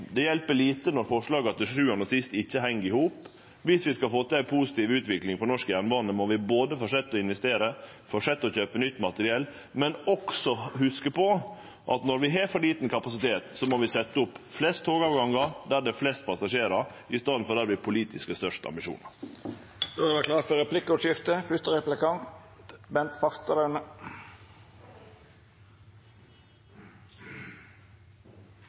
Det hjelper lite når forslaga til sjuande og sist ikkje heng i hop. Viss vi skal få til ei positiv utvikling på norsk jernbane, må vi fortsetje å investere, fortsetje å kjøpe nytt materiell, men også huske på at når vi har for liten kapasitet, må vi setje opp flest togavgangar der det er flest passasjerar, i staden for der vi politisk har størst ambisjonar. Det vert replikkordskifte. Vi i Senterpartiet tror på en klimapolitikk der vi kan legge til rette for